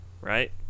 right